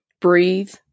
Breathe